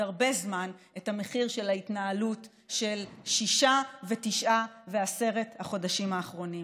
הרבה זמן את המחיר של ההתנהלות של שישה ותשעה ועשרה החודשים האחרונים.